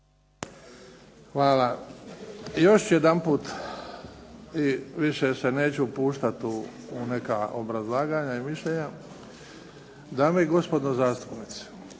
Hvala. Još jedan puta i više se neću upuštati u neka obrazlaganja i mišljenja. Dame i gospodo zastupnici,